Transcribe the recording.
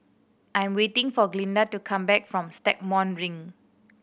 I'm waiting for Glinda to come back from Stagmont Ring